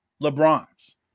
LeBron's